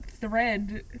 thread